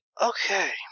Okay